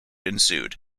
ensued